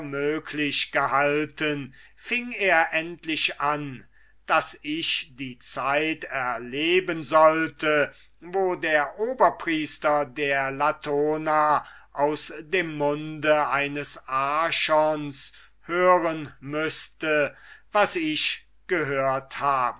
gehalten fing er endlich an daß ich die zeit erleben sollte wo der oberpriester der latona aus dem munde eines archons hören müßte was ich gehört habe